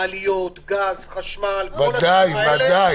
מעליות, גז, חשמל כל הדברים האלה.